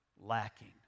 lacking